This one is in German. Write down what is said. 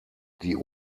die